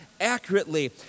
accurately